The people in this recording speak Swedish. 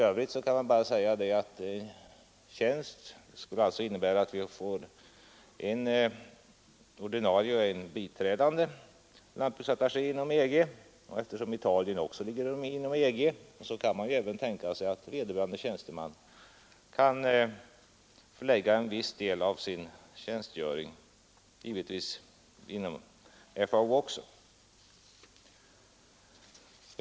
Detta skulle alltså innebära att vi får en ordinarie och en biträdande lantbruksattaché inom EG. Och eftersom Italien också ligger inom EG kan man givetvis tänka sig att vederbörande tjänsteman förlägger en viss del av sin tjänstgöring inom FAO.